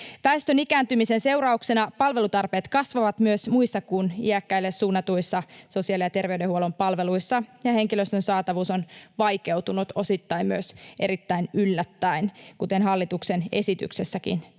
Väestön ikääntymisen seurauksena palvelutarpeet kasvavat myös muissa kuin iäkkäille suunnatuissa sosiaali- ja terveydenhuollon palveluissa, ja henkilöstön saatavuus on vaikeutunut osittain myös erittäin yllättäen, kuten hallituksen esityksessäkin todetaan.